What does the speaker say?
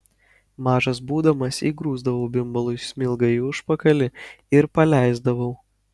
mažas būdamas įgrūsdavau bimbalui smilgą į užpakalį ir paleisdavau